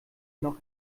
noch